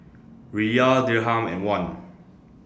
Riyal Dirham and Won